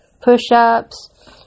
push-ups